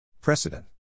Precedent